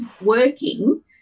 working